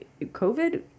COVID